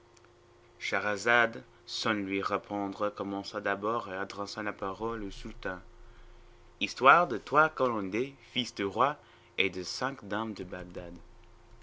scheherazade sans lui répondre commença d'abord et adressant la parole au sultan histoire de trois calenders fils de rois et de cinq dames de bagdad